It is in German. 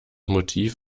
motiv